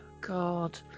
God